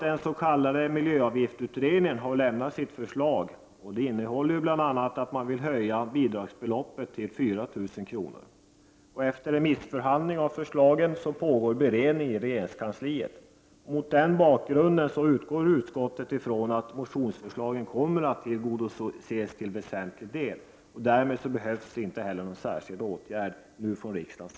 Den s.k. miljöavgiftutredningen har lämnat sitt förslag om att bl.a. höja bidragsbeloppet till 4 000 kr. Efter remissbehandlingen pågår beredning i regeringskansliet. Mot den bakgrunden utgår utskottet ifrån att motionsförslaget kommer att tillgodoses till väsentlig del. Därmed behövs ingen särskild åtgärd av riksdagen.